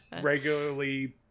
regularly